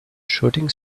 shooting